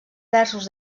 versos